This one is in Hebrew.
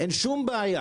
אין בעיה.